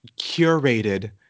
curated